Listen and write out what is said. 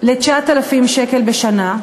ל-9,000 שקל בשנה,